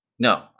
No